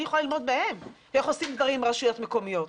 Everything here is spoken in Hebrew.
אני יכולה ללמוד מהם איך עושים דברים עם רשויות מקומיות.